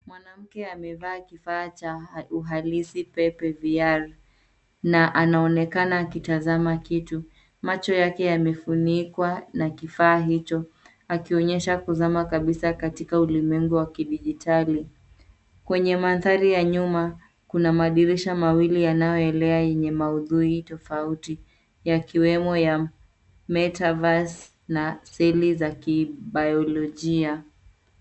Mwanamke amevaa kifaa cha uhalisi pepe VR na anaonekana akitazama kitu. Macho yake yamefunikwa na kifaa hicho, akionyesha kuzama kabisa katika ulimwengu wa kidijitali. Kwenye mandhari ya nyuma, kuna madirisha mawili yanayoelea yenye maudhui tofauti, yakiwemo ya MetaVerse na celli za Kibiolojia .